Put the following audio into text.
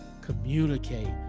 communicate